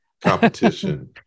Competition